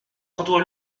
contre